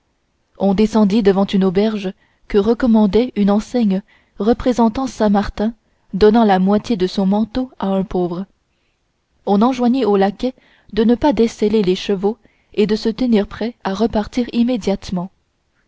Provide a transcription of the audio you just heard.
on descendit devant une auberge que recommandait une enseigne représentant saint martin donnant la moitié de son manteau à un pauvre on enjoignit aux laquais de ne pas desseller les chevaux et de se tenir prêts à repartir immédiatement